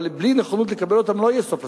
אבל בלי נכונות לקבל אותן לא יהיה סוף לסכסוך.